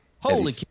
Holy